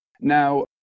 Now